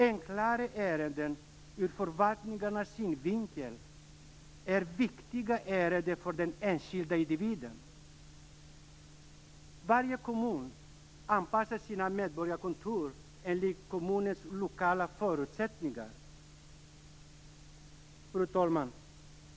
Enklare ärenden ur förvaltningarnas synvinkel är viktiga ärenden för den enskilda individen. Varje kommun anpassar sina medborgarkontor i enlighet med kommunens lokala förutsättningar. Fru talman!